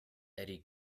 eddy